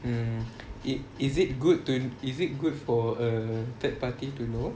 mm it is it good to is it good for a third party to know